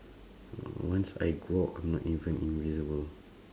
once I go out means I'm invisible